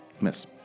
Miss